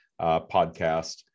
podcast